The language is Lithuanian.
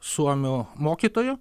suomių mokytoju